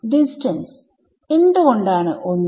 ഡിസ്റ്റൻസ്എന്ത് കൊണ്ടാണ് 1